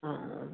ꯎꯝ